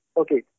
okay